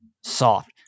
soft